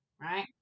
right